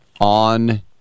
on